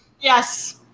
yes